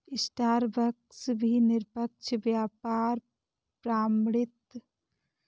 Starbucks भी निष्पक्ष व्यापार प्रमाणित कॉफी के सबसे बड़े खरीदारों में से एक है